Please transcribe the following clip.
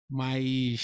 mas